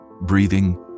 breathing